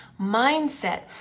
Mindset